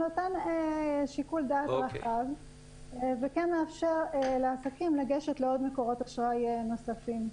מתן שיקול דעת רחב וכן לאפשר לעסקים לגשת לעוד מקורות אשראי נוספים.